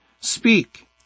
speak